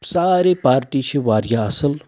سارے پارٹی چھِ واریاہ اَصٕل